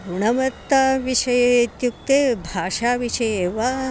गुणवत्तां विषये इत्युक्ते भाषाविषये वा